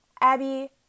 Abby